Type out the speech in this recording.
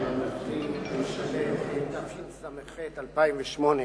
ממלכתי משלב), התשס"ח 2008,